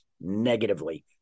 negatively